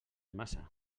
massa